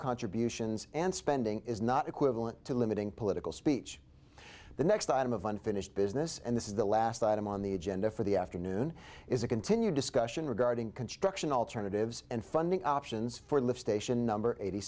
contributions and spending is not equivalent to limiting political speech the next item of unfinished business and this is the last item on the agenda for the afternoon is a continued discussion regarding construction alternatives and funding options for lift station number eighty